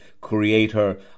creator